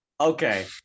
Okay